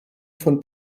von